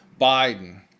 Biden